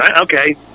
Okay